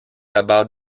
about